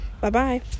Bye-bye